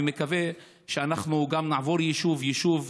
ומקווה שאנחנו נעבור יישוב-יישוב,